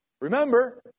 Remember